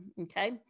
Okay